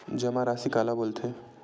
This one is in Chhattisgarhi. जमा राशि काला बोलथे?